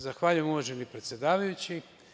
Zahvaljujem, uvaženi predsedavajući.